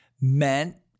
meant